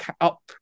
up